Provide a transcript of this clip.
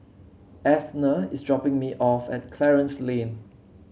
Athena is dropping me off at Clarence Lane